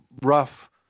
rough